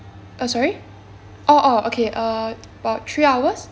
uh sorry oh oh okay uh about three hours